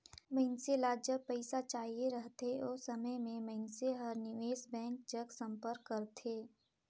मइनसे ल जब पइसा चाहिए रहथे ओ समे में मइनसे हर निवेस बेंक जग संपर्क करथे